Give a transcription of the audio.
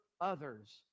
others